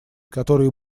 которые